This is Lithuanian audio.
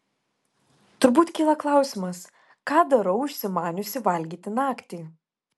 turbūt kyla klausimas ką darau užsimaniusi valgyti naktį